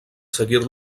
seguir